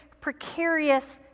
precarious